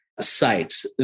sites